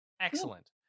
excellent